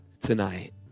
tonight